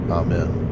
amen